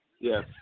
Yes